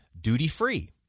duty-free